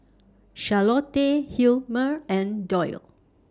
Charlottie Hilmer and Doyle